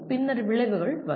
பின்னர் விளைவுகள் வரும்